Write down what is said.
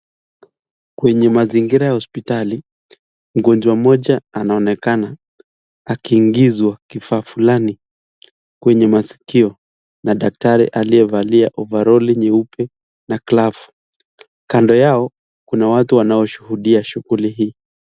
Kwenye mazingira ya hospitali mgonjwa mmoja anaonekana akiingizwa kifaa fulani kwenye masikio na daktari aliyevalia ovaroli nyeupe na glavu. Kando yao kuna watu wanaoshuhudia shughuli hii.